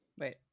Wait